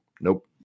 nope